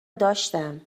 داشتم